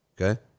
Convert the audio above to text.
Okay